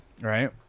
right